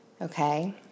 Okay